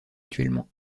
mutuellement